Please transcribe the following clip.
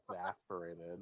exasperated